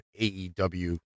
aew